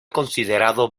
considerado